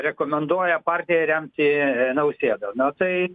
rekomenduoja partiją remti nausėdą na tai